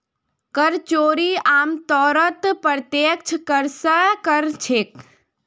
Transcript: कर चोरी आमतौरत प्रत्यक्ष कर स कर छेक